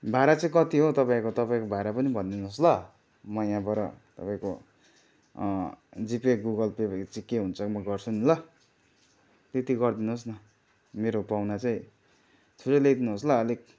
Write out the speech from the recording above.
भाडा चाहिँ कति हो तपाईँको तपाईँको भाडा पनि भनिदिनुहोस् ल म यहाँबाट तपाईँको जिपे गुगल पे ची के हुन्छ म गर्छु नि ल त्यति गरिदिनुहोस् न मेरो पाहुना चाहिँ छिट्टै ल्याइदिनुहोस् ल अलिक